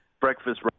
breakfast